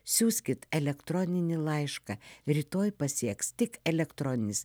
siųskit elektroninį laišką rytoj pasieks tik elektroninis